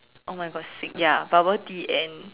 oh my God sick ya bubble Tea and